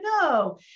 No